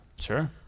sure